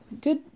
good